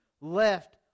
left